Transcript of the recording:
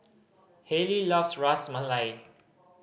Halley loves Ras Malai